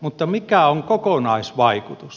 mutta mikä on kokonaisvaikutus